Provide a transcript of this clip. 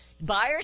Buyers